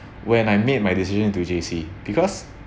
when I made my decision to J_C because